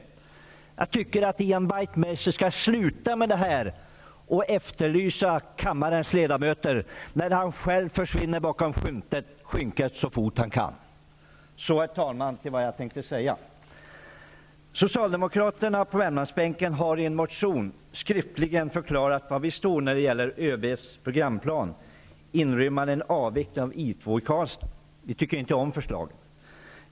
Jag tycker att Ian Wachtmeister skall sluta med att efterlysa kammarens ledamöter, när han själv försvinner bakom skynket så fort han kan. Jag skall, herr talman, övergå till vad jag tänkte säga. Vi socialdemokrater på värmlandsbänken har i en motion skriftligen förklarat var vi står när det gäller ÖB:s programplan, inrymmande en avveckling av I 2 i Karlstad. Vi tycker inte om förslaget.